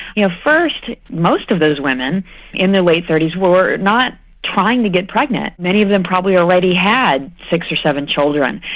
you know, first, most of those women in their late thirty s were not trying to get pregnant. many of them probably already had six or seven children.